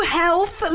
health